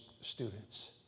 students